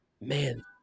Man